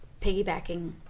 piggybacking